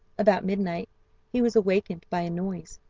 about midnight he was awakened by a noise,